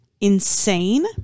insane